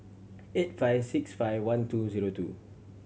eight five six five one two zero two